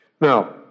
Now